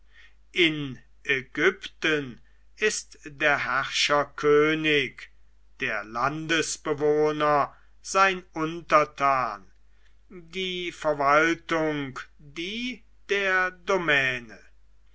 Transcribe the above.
in ägypten ist der herrscher könig der landesbewohner sein untertan die verwaltung die der domäne